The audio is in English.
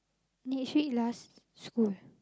next week last school